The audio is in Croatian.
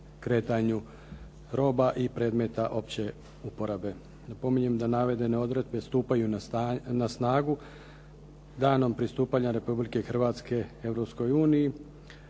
kretanju roba i predmeta opće uporabe. Napominjem da navedene odredbe stupaju na snagu danom pristupanja Republike Hrvatske